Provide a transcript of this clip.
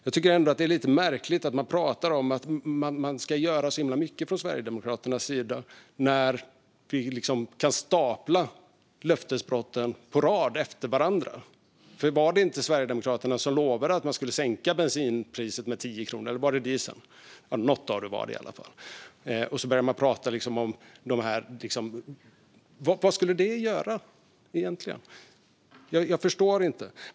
Det är ändå lite märkligt att man säger att man ska göra så himla mycket från Sverigedemokraternas sida när vi kan stapla löftesbrotten på varandra. Var det inte Sverigedemokraterna som lovade att sänka bensinpriset med 10 kronor? Eller var det dieseln? Något av det var det i alla fall. Och så börjar man prata om de här sakerna. Vad skulle det egentligen göra? Jag förstår det inte.